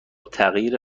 تغییر